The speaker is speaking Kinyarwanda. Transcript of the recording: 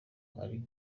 uri